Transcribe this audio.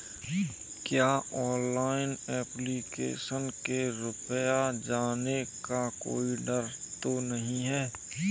क्या online application में रुपया जाने का कोई डर तो नही है?